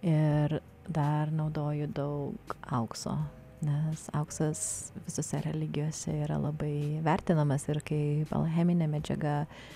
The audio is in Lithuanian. ir dar naudoju daug aukso nes auksas visose religijose yra labai vertinamas ir kaip cheminė medžiaga